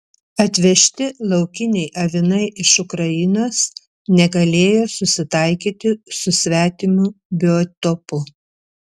atvežti laukiniai avinai iš ukrainos negalėjo susitaikyti su svetimu biotopu